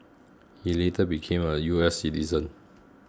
he later became a U S citizen